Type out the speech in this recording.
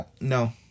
No